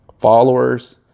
followers